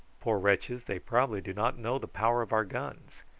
poor wretches, they probably do not know the power of our guns.